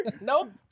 Nope